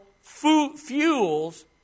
fuels